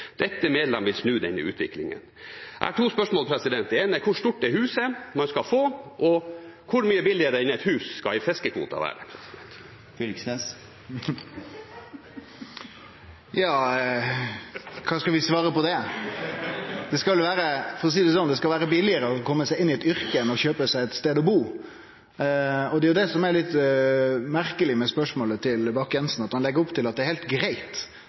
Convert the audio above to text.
Dette medlem vil snu denne utviklingen.» Jeg har to spørsmål. Det ene er: Hvor stort er huset man skal få? Det andre er: Hvor mye billigere enn et hus skal en fiskekvote være? Ja, kva skal vi svare til det? Det skal vere billigare å kome seg inn i eit yrke enn å kjøpe seg ein stad å bu. Det som er litt merkeleg med spørsmålet til Bakke-Jensen, er at han legg opp til at det er